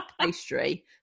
pastry